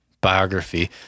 biography